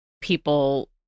people